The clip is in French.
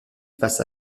face